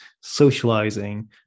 socializing